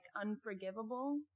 unforgivable